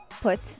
put